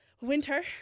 winter